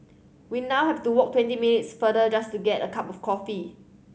we now have to walk twenty minutes farther just to get a cup of coffee